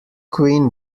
queen